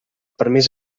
permís